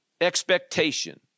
expectation